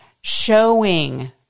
Showing